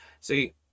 See